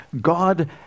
God